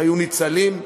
היו ניצלים.